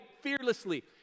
fearlessly